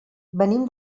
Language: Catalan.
venim